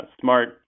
smart